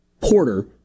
Porter